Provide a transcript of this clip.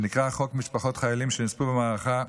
שנקרא "חוק משפחות חיילים שנספו במערכה",